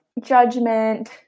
judgment